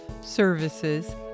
services